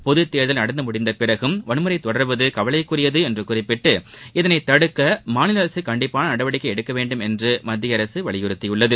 பொதுதத்தேர்தல் நடந்தமுடிந்தபிறகும் வன்முறைதொடர்வதுகவலைக்குரியதுஎன்றுகுறிப்பிட்டு இதனைதடுக்கமாநிலஅரசுகண்டிப்பானநடவடிக்கைஎடுக்கவேண்டும் என்றுமத்தியஅரசுவலியுறத்தியுள்ளது